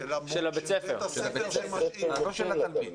הכול בסדר.